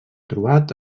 trobat